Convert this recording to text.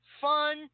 fun